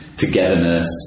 togetherness